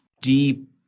deep